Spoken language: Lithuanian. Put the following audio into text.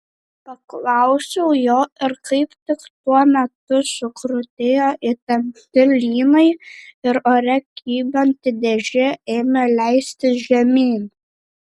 paklausiau jo ir kaip tik tuo metu sukrutėjo įtempti lynai ir ore kybanti dėžė ėmė leistis žemyn